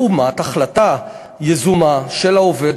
לעומת החלטה יזומה של העובד,